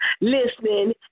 listening